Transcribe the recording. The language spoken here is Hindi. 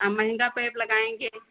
महँगा पैप लगाएँगे